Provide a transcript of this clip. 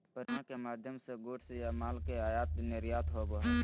परिवहन के माध्यम से गुड्स या माल के आयात निर्यात होबो हय